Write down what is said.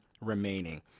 remaining